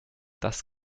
das